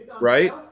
right